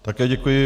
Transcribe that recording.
Také děkuji.